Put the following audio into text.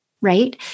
right